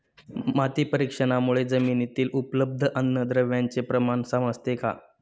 माती परीक्षणामुळे जमिनीतील उपलब्ध अन्नद्रव्यांचे प्रमाण समजते का?